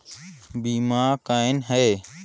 बीमा कौन है?